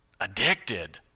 addicted